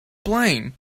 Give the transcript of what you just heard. playing